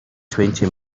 twenty